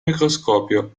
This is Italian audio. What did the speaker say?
microscopio